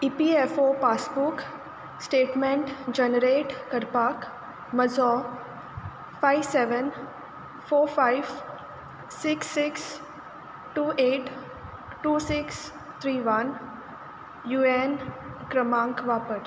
E P F O passbook statement generate करपाक म्हजो five seven four five six six two eight two six three one U A N क्रमांक वापर